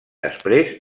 després